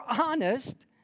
honest